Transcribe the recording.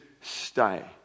stay